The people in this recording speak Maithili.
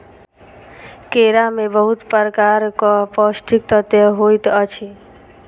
केरा में बहुत प्रकारक पौष्टिक तत्व होइत अछि